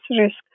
risk